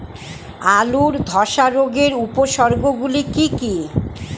আলুর ধ্বসা রোগের উপসর্গগুলি কি কি?